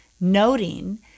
noting